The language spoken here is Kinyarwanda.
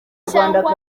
cyangwa